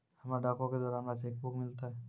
हमरा डाको के द्वारा हमरो चेक बुक मिललै